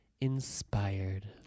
inspired